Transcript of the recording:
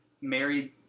married